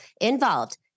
involved